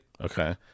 Okay